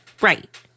Right